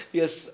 yes